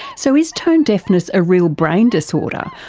so, is tone deafness a real brain disorder,